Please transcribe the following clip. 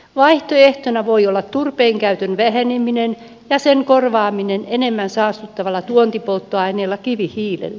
vaihtoehtona voi olla turpeenkäytön väheneminen ja sen korvaaminen enemmän saastuttavalla tuontipolttoaineella kivihiilellä